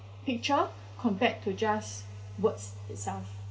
picture compared to just words itself